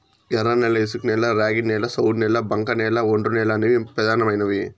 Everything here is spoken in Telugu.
ఎర్రనేల, ఇసుకనేల, ర్యాగిడి నేల, సౌడు నేల, బంకకనేల, ఒండ్రునేల అనేవి పెదానమైనవి